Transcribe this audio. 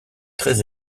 très